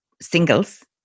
singles